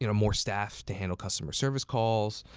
you know more staff to handle customer service calls,